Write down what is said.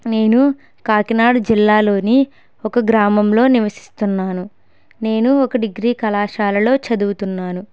నేను కాకినాడ జిల్లాలోని ఒక గ్రామంలో నివసిస్తున్నాను నేను ఒక డిగ్రీ కళాశాలలో చదువుతున్నాను